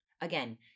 Again